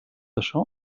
això